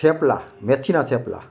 થેપલાં મેથીનાં થેપલાં